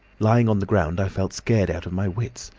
lying on the ground, i felt scared out of my wits.